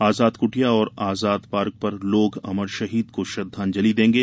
आजाद कुटिया और आजाद पार्क पर लोग अमर शहीद को श्रद्वांजलि देगे